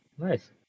nice